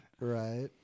Right